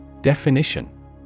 Definition